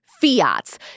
fiats